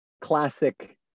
classic